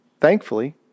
thankfully